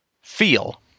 feel